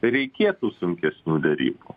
reikėtų sunkesnių derybų